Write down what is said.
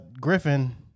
Griffin